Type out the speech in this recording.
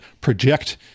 project